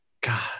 God